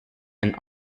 and